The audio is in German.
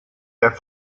der